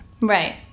Right